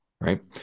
right